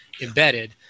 embedded